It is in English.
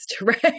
right